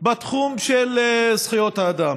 בתחום של זכויות האדם.